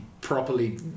properly